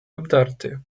obdarty